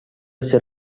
ser